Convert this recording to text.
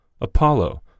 Apollo